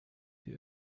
die